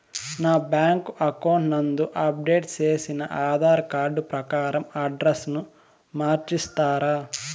నా bank account నందు update చేసిన ఆధార్ కార్డు ప్రకారం అడ్రస్ ను మార్చిస్తారా?